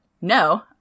no